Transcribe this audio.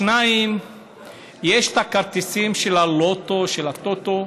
2. יש את הכרטיסים של הלוטו, של הטוטו,